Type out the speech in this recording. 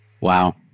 Wow